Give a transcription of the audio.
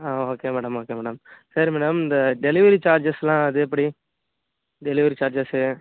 ஆ okay madam okay madam சரி madam இந்த delivery சார்ஜஸ்லாம் அது எப்படி டெலிவரி சார்ஜஸ்ஸு